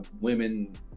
women